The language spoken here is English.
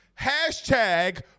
hashtag